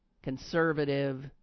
conservative